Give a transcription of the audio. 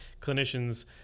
clinicians